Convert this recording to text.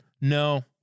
No